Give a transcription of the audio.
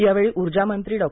यावेळी ऊर्जा मंत्री डॉ